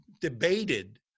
debated